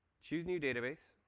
choose new database,